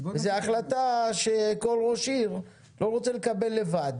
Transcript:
זה החלטה שכל ראש עיר לא רוצה לקבל לבד,